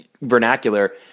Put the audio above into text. vernacular